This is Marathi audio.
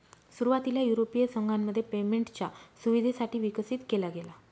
सुरुवातीला युरोपीय संघामध्ये पेमेंटच्या सुविधेसाठी विकसित केला गेला